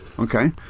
Okay